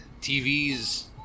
TV's